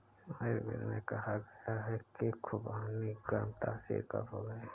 आयुर्वेद में कहा गया है कि खुबानी गर्म तासीर का फल है